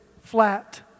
flat